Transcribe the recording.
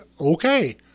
okay